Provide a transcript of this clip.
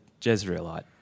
Jezreelite